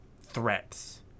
threats